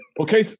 Okay